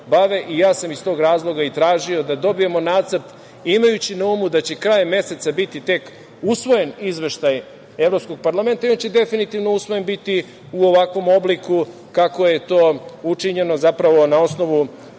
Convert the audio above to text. i ja sam iz tog razloga tražio da dobijemo nacrt, imajući na umu da će krajem meseca biti tek usvojen izveštaj Evropskog parlamenta i da će definitivno usvojen biti u ovakvom obliku kako je to učinjeno, zapravo na osnovu